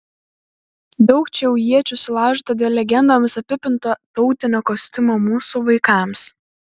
daug čia jau iečių sulaužyta dėl legendomis apipinto tautinio kostiumo mūsų vaikams